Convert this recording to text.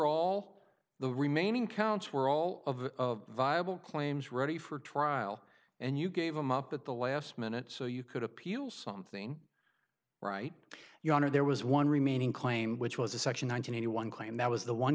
all the remaining counts were all of viable claims ready for trial and you gave them up at the last minute so you could appeal something right your honor there was one remaining claim which was a section one hundred eighty one claimed that was the one